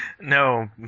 No